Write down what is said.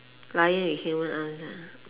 lion with human arms